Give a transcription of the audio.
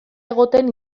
egoten